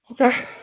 Okay